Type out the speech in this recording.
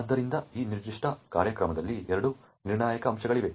ಆದ್ದರಿಂದ ಈ ನಿರ್ದಿಷ್ಟ ಕಾರ್ಯಕ್ರಮದಲ್ಲಿ ಎರಡು ನಿರ್ಣಾಯಕ ಅಂಶಗಳಿವೆ